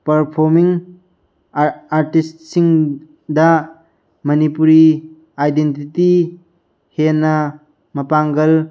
performing ꯑꯥꯔꯇꯤꯁꯁꯤꯡꯗ Manipuri identity ꯍꯦꯟꯅ ꯃꯄꯥꯡꯒꯜ